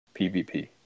PVP